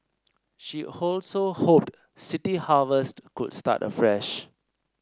she also hoped City Harvest could start afresh